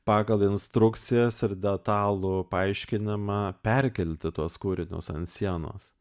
pagal instrukcijas ir detalų paaiškinimą perkelti tuos kūrinius ant sienos